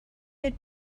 had